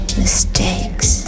mistakes